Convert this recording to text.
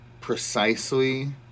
precisely